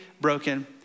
broken